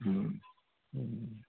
Om Om